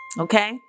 okay